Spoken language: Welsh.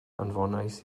anfonais